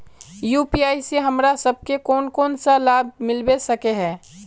UPI से हमरा सब के कोन कोन सा लाभ मिलबे सके है?